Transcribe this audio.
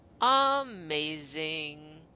amazing